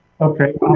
Okay